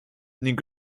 ning